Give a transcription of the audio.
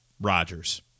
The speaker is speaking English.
Rodgers